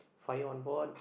fire on board